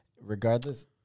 Regardless